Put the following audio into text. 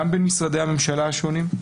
גם במשרדי הממשלה השונים,